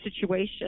situation